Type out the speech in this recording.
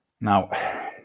Now